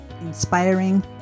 inspiring